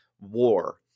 war